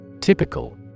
Typical